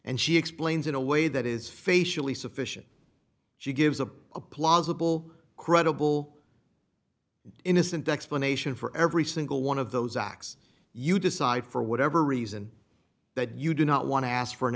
and she explains in a way that is facially sufficient she gives a plausible credible innocent explanation for every single one of those x you decide for whatever reason that you do not want to ask for an